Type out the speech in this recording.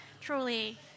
truly